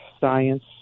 science